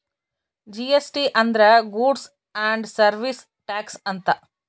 GST ಅಂದ್ರ goods and service tax ಅಂತ